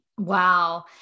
Wow